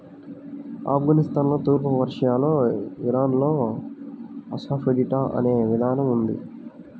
ఆఫ్ఘనిస్తాన్లో, తూర్పు పర్షియాలో, ఇరాన్లో అసఫెటిడా అనే విధానం ఉంది